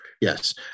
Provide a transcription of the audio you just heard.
Yes